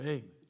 Amen